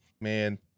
man